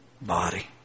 body